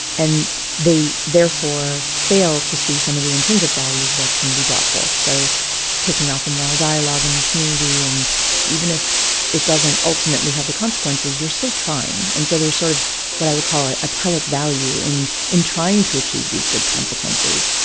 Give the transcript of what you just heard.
and they therefore fail to see some of the intrinsic values that can be brought forth. so kicking off a moral dialog in the community. and even if it doesn't ultimately have the consequences, you're still trying. and so there's sort of what i would call it, a telic value in in trying to achieve these good consequences.